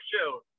show